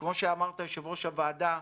וכמו שאמרת, יושב-ראש הוועדה,